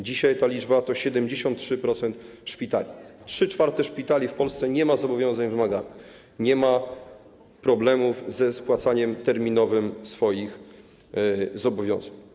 Dzisiaj ta liczba to 73% szpitali, 3/4 szpitali w Polsce nie ma zobowiązań wymagalnych, nie ma problemów ze spłacaniem terminowym swoich zobowiązań.